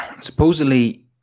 supposedly